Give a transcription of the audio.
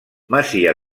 masia